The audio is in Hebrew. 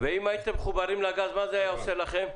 ואם הייתם מחוברים לגז, מה זה היה עושה לכם?